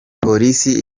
polisi